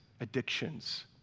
addictions